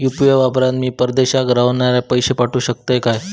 UPI वापरान मी परदेशाक रव्हनाऱ्याक पैशे पाठवु शकतय काय?